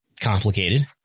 complicated